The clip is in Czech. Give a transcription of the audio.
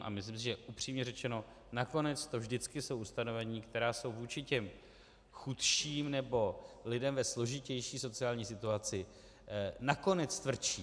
A myslím si, že upřímně řečeno nakonec to vždycky jsou ustanovení, která jsou vůči těm chudším nebo lidem ve složitější sociální situaci nakonec tvrdší.